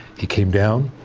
he came down,